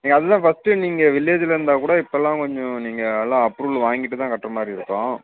நீங்கள் அதுதான் ஃபஸ்ட்டு நீங்கள் வில்லேஜில் இருந்தால் கூட இப்போல்லாம் கொஞ்சம் நீங்கள் எல்லாம் அப்ரூவல் வாங்கிட்டு தான் கட்டுற மாதிரி இருக்கும்